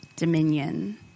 dominion